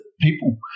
people